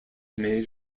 made